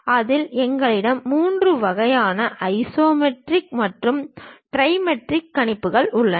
அதில் எங்களிடம் 3 வகைகள் ஐசோமெட்ரிக் டைமெட்ரிக் மற்றும் ட்ரிமெட்ரிக் கணிப்புகள் உள்ளன